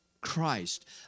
Christ